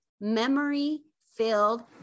memory-filled